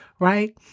Right